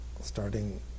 starting